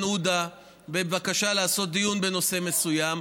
עודה בבקשה לעשות דיון בנושא מסוים,